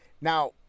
Now